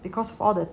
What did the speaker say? because all the